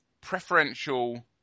preferential